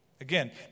Again